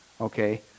okay